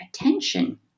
attention